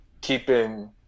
keeping